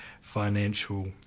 financial